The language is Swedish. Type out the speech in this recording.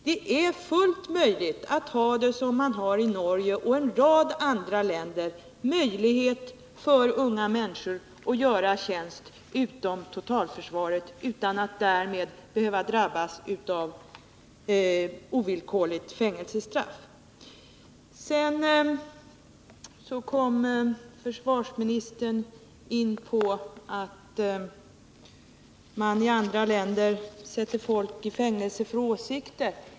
Det är fullt möjligt att ha det som man har det i Norge och i en rad andra länder, dvs. att det finns möjlighet för unga människor att göra tjänst utom totalförsvaret utan att därmed behöva drabbas av ovillkorligt fängelsestraff. Försvarsministern kom in på detta att man i andra länder sätter folk i fängelse för deras åsikter.